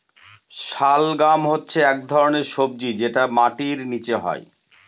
শালগাম হচ্ছে এক ধরনের সবজি যেটা মাটির নীচে হয়